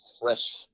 fresh